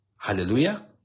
Hallelujah